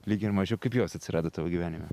lyg ir mažiau kaip jos atsirado tavo gyvenime